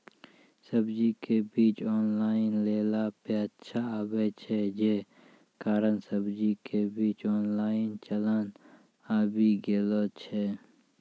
सब्जी के बीज ऑनलाइन लेला पे अच्छा आवे छै, जे कारण सब्जी के बीज ऑनलाइन चलन आवी गेलौ छै?